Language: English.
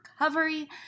recovery